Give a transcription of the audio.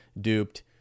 duped